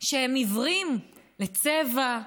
שהם עיוורים לצבע,